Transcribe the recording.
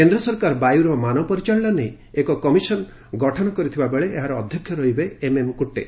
କେନ୍ଦ୍ର ସରକାର ବାୟୁର ମାନ ପରିଚାଳନା ନେଇ ଏକ କମିଶନ୍ ଗଠନ କରିଥିବା ବେଳେ ଏହାର ଅଧ୍ୟକ୍ଷ ରହିବେ ଏମ୍ଏମ୍ କୁଟେ